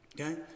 Okay